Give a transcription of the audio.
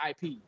IP